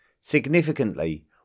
Significantly